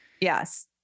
Yes